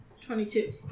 Twenty-two